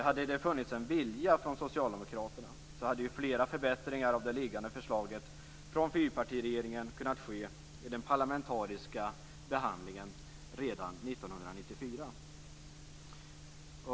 Om det hade funnits en vilja från socialdemokraternas sida skulle flera förbättringar av det liggande förslaget från fyrpartiregeringen ha kunnat ske vid den parlamentariska behandlingen redan 1994.